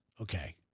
Okay